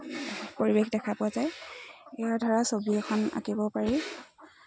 পৰিৱেশ দেখা পোৱা যায় ইয়াৰ ধাৰা ছবি এখন আঁকিব পাৰি